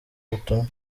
ubutumwa